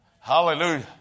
Hallelujah